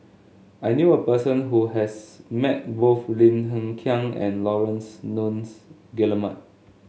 I knew a person who has met both Lim Hng Kiang and Laurence Nunns Guillemard